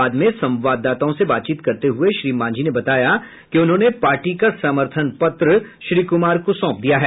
बाद में संवाददाताओं से बातचीत करते हुए श्री मांझी ने बताया कि उन्होंने पार्टी का समर्थन पत्र श्री कुमार को सौंप दिया है